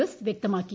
S വ്യക്തമാക്കി